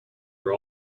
are